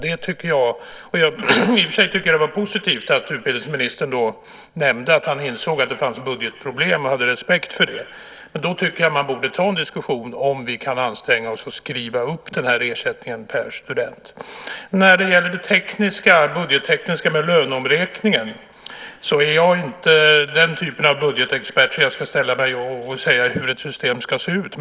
I och för sig var det positivt att utbildningsministern nämnde att han insåg att det fanns budgetproblem och hade respekt för det. Men då tycker jag att man borde ta en diskussion om vi kan anstränga oss och skriva upp ersättningen per student. När det gäller det tekniska med löneomräkningen är jag inte den typen av budgetexpert att jag kan säga hur ett system ska se ut.